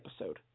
episode